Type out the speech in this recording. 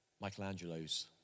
Michelangelo's